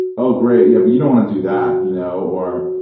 oh great, yeah but you don't wanna do that. you know or,